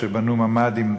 שבנו ממ"דים.